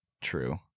True